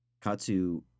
Katsu